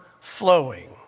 flowing